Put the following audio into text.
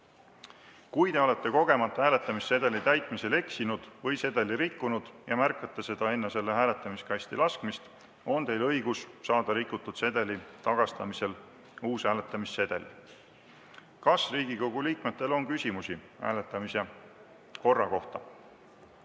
Kui te olete kogemata hääletamissedeli täitmisel eksinud või sedeli rikkunud ja märkate seda enne selle hääletamiskasti laskmist, on teil õigus saada rikutud sedeli tagastamisel uus hääletamissedel. Kas Riigikogu liikmetel on küsimusi hääletamise korra kohta?